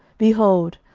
behold,